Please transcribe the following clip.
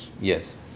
Yes